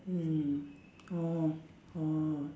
mm mm orh orh orh